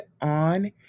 on